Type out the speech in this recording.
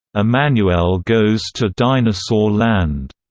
ah emanuelle goes to dinosaur land.